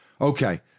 Okay